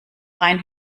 rein